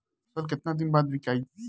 फसल केतना दिन बाद विकाई?